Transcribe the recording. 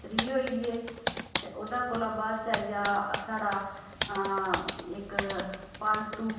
त्री होई गेई ते ओह्दे कोला बाद च आई गेआ साढ़ा इक पालतू